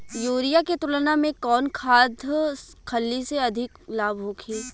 Urea के तुलना में कौन खाध खल्ली से अधिक लाभ होखे?